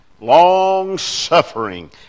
long-suffering